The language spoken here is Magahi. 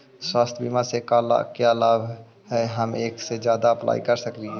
स्वास्थ्य बीमा से का क्या लाभ है हम एक से जादा अप्लाई कर सकली ही?